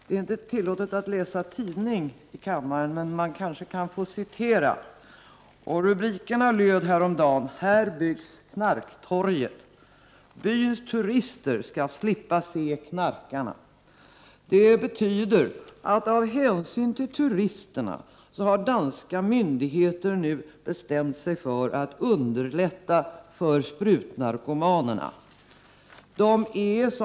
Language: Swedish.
Det är inte tillåtet att läsa tidning i kammaren, men man kanske får citera. Rubrikerna löd häromdagen: ”Här byggs knarktorget” och ”Byens turister ska slippa se knarkarna”. Det betyder att av hänsyn till turisterna har danska myndigheter nu bestämt sig för att underlätta för sprutnarkomanerna.